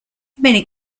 many